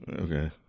Okay